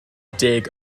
deg